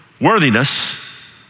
worthiness